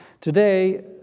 Today